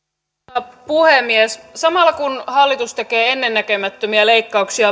arvoisa puhemies samalla kun hallitus tekee ennennäkemättömiä leikkauksia